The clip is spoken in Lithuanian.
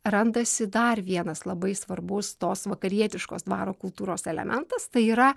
randasi dar vienas labai svarbus tos vakarietiškos dvaro kultūros elementas tai yra